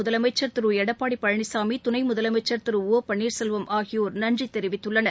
முதலமைச்சர் திரு எடப்பாடி பழனிசாமி துணை முதலமைச்சர் திரு ஒ பன்னீர்செல்வம் ஆகியோர நன்றி தெரிவித்துள்ளனர்